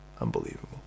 Unbelievable